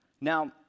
Now